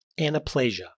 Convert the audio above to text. Anaplasia